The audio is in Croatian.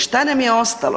Šta nam je ostalo?